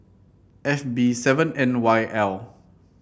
F B seven N Y L